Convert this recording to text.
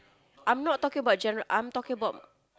I'm not talking about general I am talking about